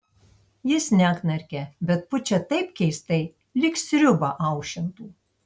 jis neknarkia bet pučia taip keistai lyg sriubą aušintų